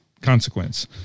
consequence